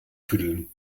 tüdeln